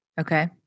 Okay